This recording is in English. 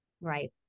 Right